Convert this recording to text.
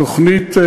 התוכנית,